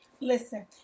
Listen